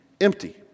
empty